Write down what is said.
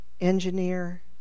engineer